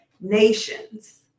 nations